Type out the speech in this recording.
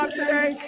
today